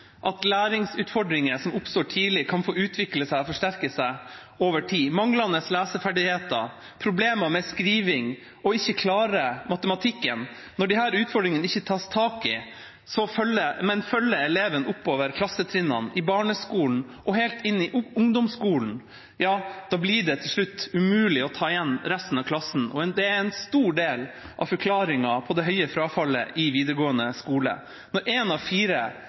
at læringsutfordringer som oppstår tidlig, kan få utvikle og forsterke seg over tid. Manglende leseferdigheter, problemer med skriving og å ikke klare matematikken – når disse utfordringene ikke tas tak i, men følger eleven oppover i klassetrinnene, i barneskolen og helt inn i ungdomsskolen, blir det til slutt umulig å ta igjen resten av klassen. Det er en stor del av forklaringen på det høye frafallet i videregående skole. Når én av fire